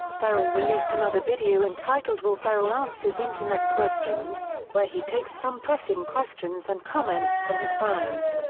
ferrell released another video entitled will ferrell answers internet questions where he takes some pressing questions and comments from his fans.